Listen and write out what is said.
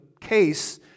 case